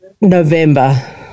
November